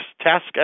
task